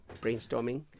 brainstorming